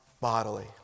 bodily